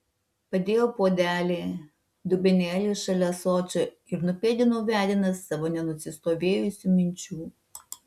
padėjau puodelį dubenėlį šalia ąsočio ir nupėdinau vedinas savo nenusistovėjusių minčių